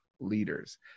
leaders